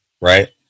right